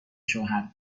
شوهر